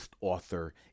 author